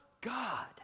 God